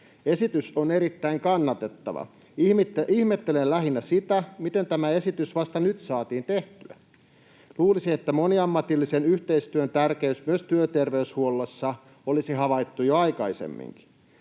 Esitys on erittäin kannatettava. Ihmettelen lähinnä sitä, miten tämä esitys vasta nyt saatiin tehtyä. Luulisi, että moniammatillisen yhteistyön tärkeys myös työterveyshuollossa olisi havaittu jo aikaisemminkin.